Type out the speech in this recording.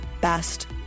best